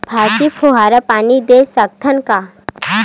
भाजी फवारा पानी दे सकथन का?